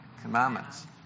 commandments